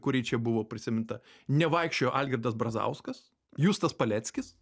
kuri čia buvo prisiminta nevaikščiojo algirdas brazauskas justas paleckis